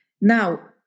Now